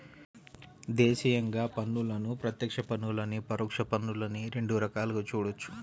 దేశీయంగా పన్నులను ప్రత్యక్ష పన్నులనీ, పరోక్ష పన్నులనీ రెండు రకాలుగా చూడొచ్చు